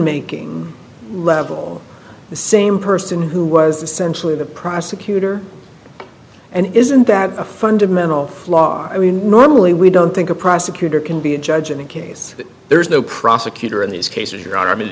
making level the same person who was essentially the prosecutor and isn't that a fundamental flaw i mean normally we don't think a prosecutor can be a judge in a case there is no prosecutor in these cases your arm